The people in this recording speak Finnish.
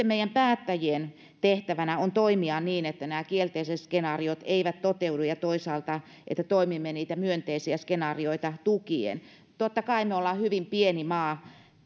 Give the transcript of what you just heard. meidän päättäjien tehtävänä on sitten toimia niin että nämä kielteiset skenaariot eivät toteudu ja toisaalta niin että toimimme niitä myönteisiä skenaarioita tukien totta kai me olemme hyvin pieni maa